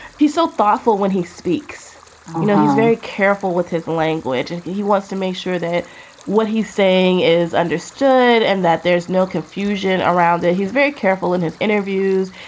he's so powerful when he speaks. you know, he's very careful with his language. and he wants to make sure that what he's saying is understood and that there's no confusion around it. he's very careful in his interviews.